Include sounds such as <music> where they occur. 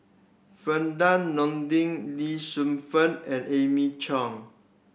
<unintelligible> Nordin Lee Shu Fen and Amy Chang